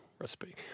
recipe